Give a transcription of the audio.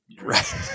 Right